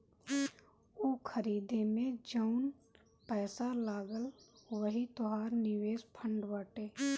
ऊ खरीदे मे जउन पैसा लगल वही तोहर निवेश फ़ंड बाटे